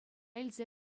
илсе